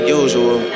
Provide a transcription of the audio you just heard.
usual